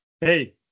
Hey